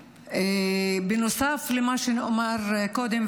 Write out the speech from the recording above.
בנוסף למה שנאמר קודם,